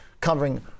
covering